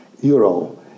Euro